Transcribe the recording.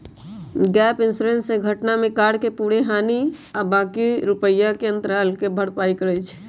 gap insurance से घटना में कार के पूरे हानि आ बाँकी रुपैया के अंतराल के भरपाई करइ छै